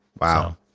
Wow